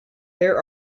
there